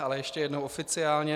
Ale ještě jednou oficiálně.